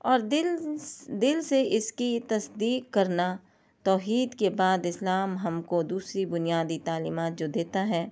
اور دل دل سے اس کی تصدیق کرنا توحید کے بعد اسلام ہم کو دوسری بنیادی تعلیمات جو دیتا ہے